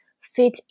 fit